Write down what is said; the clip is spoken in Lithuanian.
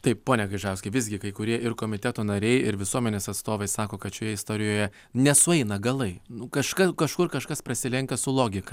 taip pone gaižauskai visgi kai kurie ir komiteto nariai ir visuomenės atstovai sako kad šioje istorijoje nesueina galai nu kažka kažkur kažkas prasilenkia su logika